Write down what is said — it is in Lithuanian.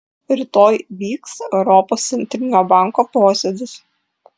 rytoj vyks europos centrinio banko posėdis